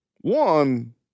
one